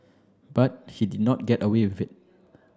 but he did not get away with it